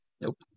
Nope